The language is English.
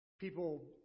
people